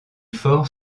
fort